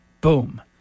Boom